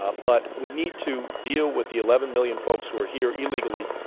ah but we need to deal with the eleven million folks who are here illegally,